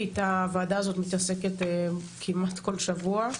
איתה הוועדה הזאת מתעסקת כמעט כל שבוע.